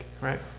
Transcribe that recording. right